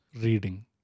reading